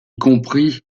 compris